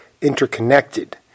interconnected